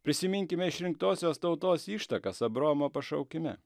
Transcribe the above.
prisiminkime išrinktosios tautos ištakas abraomo pašaukime